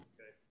Okay